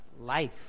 life